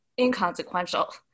Inconsequential